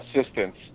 assistance